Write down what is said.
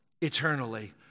eternally